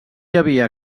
havia